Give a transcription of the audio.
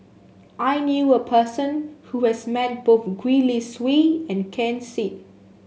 I knew a person who has met both Gwee Li Sui and Ken Seet